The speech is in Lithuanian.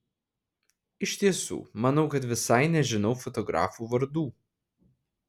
iš tiesų manau kad visai nežinau fotografų vardų